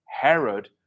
herod